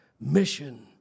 mission